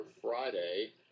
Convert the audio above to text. Friday